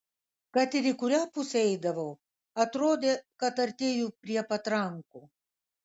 kad ir į kurią pusę eidavau atrodė kad artėju prie patrankų